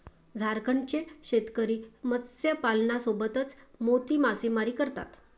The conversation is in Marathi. झारखंडचे शेतकरी मत्स्यपालनासोबतच मोती मासेमारी करतात